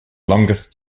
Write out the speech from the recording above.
longest